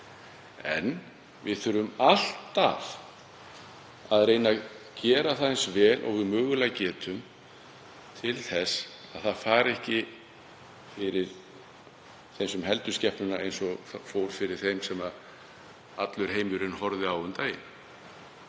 En við þurfum alltaf að reyna að gera það eins vel og við mögulega getum til þess að það fari ekki fyrir þeim sem heldur skepnuna eins og fór fyrir þeim sem allur heimurinn horfði á um daginn.